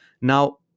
now